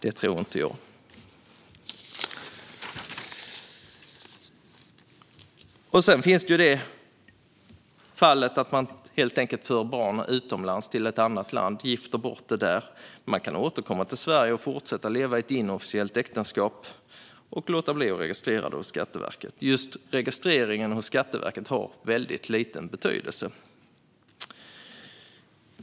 Det tror inte jag. Det finns också fall där man helt enkelt för barnet till ett annat land och gifter bort det där. Barnet kan återkomma till Sverige och fortsätta leva i ett inofficiellt äktenskap. Man låter bli att registrera det hos Skatteverket. Just registreringen hos Skatteverket har väldigt liten betydelse.